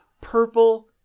purple